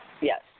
Yes